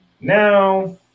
Now